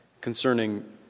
concerning